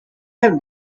have